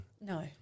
No